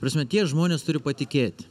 prasme tie žmonės turi patikėt